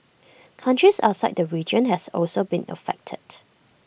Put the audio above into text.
countries outside the region has also been affected